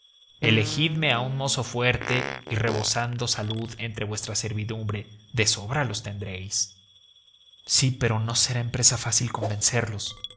elegidme a un mozo fuerte y rebosando salud entre vuestra servidumbre de sobra los tendréis sí pero no será empresa fácil convencerlos